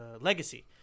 legacy